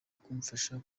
kumfasha